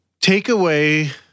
takeaway